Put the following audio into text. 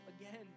again